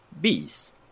bees